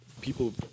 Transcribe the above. people